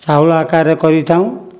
ଚାଉଳ ଆକାରରେ କରିଥାଉ